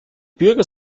bürger